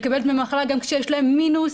לקבל דמי מחלה גם כשיש להם מינוס.